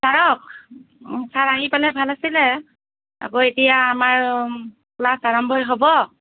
চাৰক চাৰ আহি পালে ভাল আছিলে আকৌ এতিয়া আমাৰ ক্লাছ আৰম্ভ হ'ব